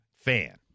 fan